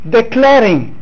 declaring